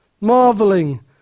marveling